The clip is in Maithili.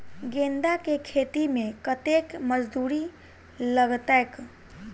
गेंदा केँ खेती मे कतेक मजदूरी लगतैक?